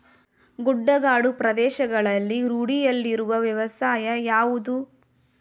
ಗುಡ್ಡಗಾಡು ಪ್ರದೇಶಗಳಲ್ಲಿ ರೂಢಿಯಲ್ಲಿರುವ ವ್ಯವಸಾಯ ಯಾವುದು?